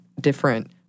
different